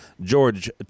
George